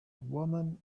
woman